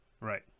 Right